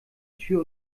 tür